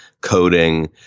coding